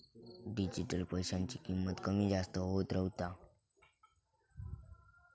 digital पैशाची किंमत कमी जास्त होत रव्हता